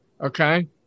Okay